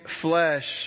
flesh